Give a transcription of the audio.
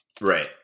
Right